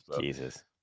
Jesus